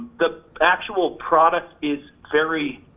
the actual product is very